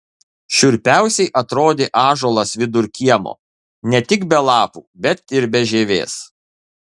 šiurpiausiai atrodė ąžuolas vidur kiemo ne tik be lapų bet ir be žievės